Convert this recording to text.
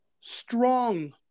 strong